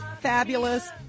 fabulous